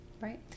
Right